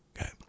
Okay